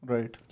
Right